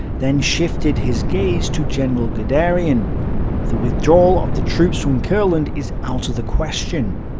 then shifted his gaze to general guderian the withdrawal of the troops from kurland is out of the question!